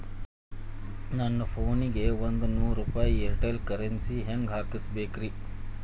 ನನ್ನ ಫೋನಿಗೆ ಒಂದ್ ನೂರು ರೂಪಾಯಿ ಏರ್ಟೆಲ್ ಕರೆನ್ಸಿ ಹೆಂಗ್ ಹಾಕಿಸ್ಬೇಕ್ರಿ?